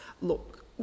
look